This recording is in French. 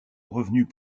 revenus